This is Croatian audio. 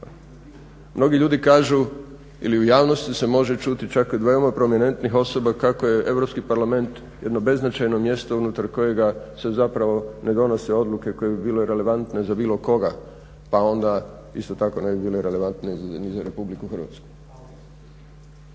Mnogi ljudi kažu ili u javnosti se može čuti čak o dvjema prominentnih osoba kako je Europski parlament jedno beznačajno mjesto unutar kojega se zapravo ne donose odluke koje bi bile relevantne za bilo koga pa onda isto tako ne bi bile relevantne ni za RH.